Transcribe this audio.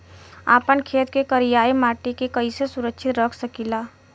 आपन खेत के करियाई माटी के कइसे सुरक्षित रख सकी ला?